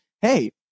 hey